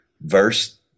verse